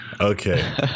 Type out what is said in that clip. Okay